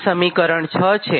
આ સમીકરણ 6 છે